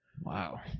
Wow